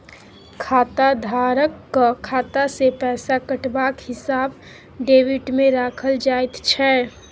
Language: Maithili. खाताधारकक खाता सँ पैसा कटबाक हिसाब डेबिटमे राखल जाइत छै